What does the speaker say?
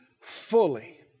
fully